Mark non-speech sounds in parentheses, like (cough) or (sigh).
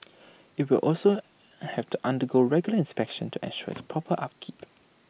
(noise) IT will also (hesitation) have to undergo regular inspections to ensure its proper upkeep